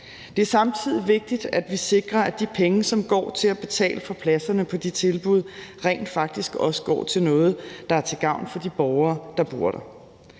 Det er samtidig vigtigt, at vi sikrer, at de penge, som går til at betale for pladserne på de tilbud, rent faktisk også går til noget, der er til gavn for de borgere, der bor der.